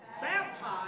baptized